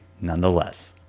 nonetheless